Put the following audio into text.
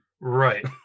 Right